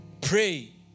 Pray